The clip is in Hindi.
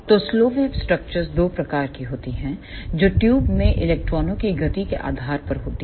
तो स्लो वेव स्ट्रक्चर्स दो प्रकार की होती हैं जो ट्यूब में इलेक्ट्रॉनों की गति के आधार पर होती हैं